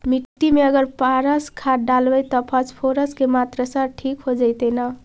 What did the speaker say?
मिट्टी में अगर पारस खाद डालबै त फास्फोरस के माऋआ ठिक हो जितै न?